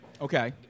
Okay